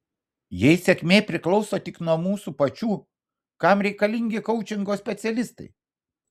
jei sėkmė priklauso tik nuo mūsų pačių kam reikalingi koučingo specialistai